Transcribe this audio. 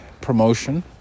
promotion